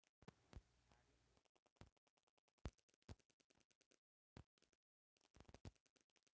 झाड़ी एक तरह के छोट छोट पौधा अउरी पतई के बागवानी के जइसन होला